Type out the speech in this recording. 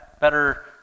better